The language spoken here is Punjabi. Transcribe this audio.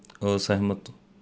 ਅਸਹਿਮਤ